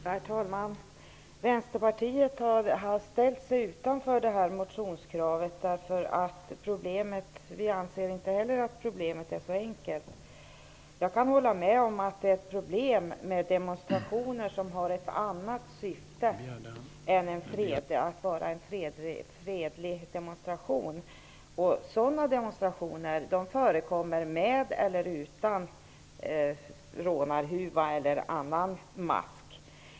Herr talman! Vänsterpartiet har ställt sig utanför det här motionskravet. Vi anser inte heller att problemet är så enkelt som motionärerna gör gällande. Jag kan hålla med om att det är ett problem med demonstrationer som har ett annat syfte än att vara en fredlig demonstration. Sådana demonstrationer förekommer med eller utan rånarhuva eller annan mask.